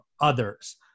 others